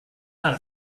not